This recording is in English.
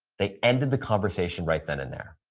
they ended the conversation right then and there.